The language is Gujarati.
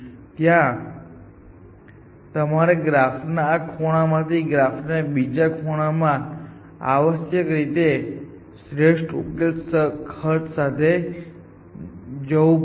જ્યાં તમારે ગ્રાફના આ ખૂણાથી ગ્રાફના બીજા ખૂણા માં આવશ્યક રીતે શ્રેષ્ઠ ઉકેલ ખર્ચ સાથે જવું પડશે